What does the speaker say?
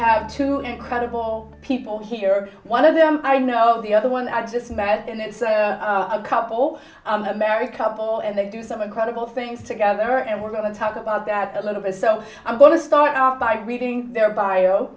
have two incredible people here one of them i know the other one i just met in it's a couple america couple and they do some incredible things together and we're going to talk about that a little bit so i'm going to start off by reading their bio